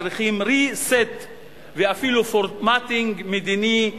צריכים reset ואפילו formatting מדיני,